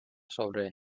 sobre